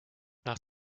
nach